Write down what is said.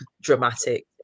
dramatic